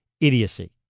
idiocy